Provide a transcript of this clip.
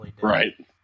Right